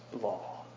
law